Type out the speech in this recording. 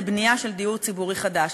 לבנייה של דיור ציבורי חדש.